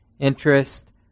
interest